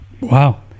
Wow